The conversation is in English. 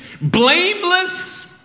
blameless